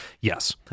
Yes